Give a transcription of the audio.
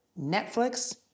Netflix